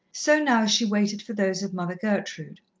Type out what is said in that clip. so now she waited for those of mother gertrude.